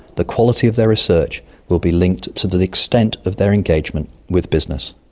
the quality of their research will be linked to to the extent of their engagement with business.